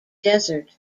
desert